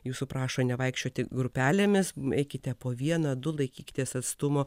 jūsų prašo nevaikščioti grupelėmis eikite po vieną du laikykitės atstumo